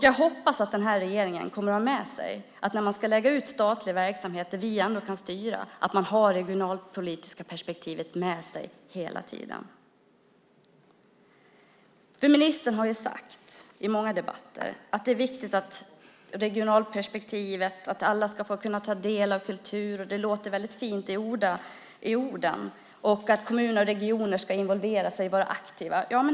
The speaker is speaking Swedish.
Jag hoppas att regeringen, när man ska lägga ut statlig verksamhet där vi ännu kan styra, har det regionalpolitiska perspektivet med sig hela tiden. Ministern har i många debatter sagt att det är viktigt med regionalperspektivet och att alla ska kunna ta del av kulturen. Det låter väldigt fint. Kommuner och regioner ska involvera sig och vara aktiva.